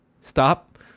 stop